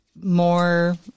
more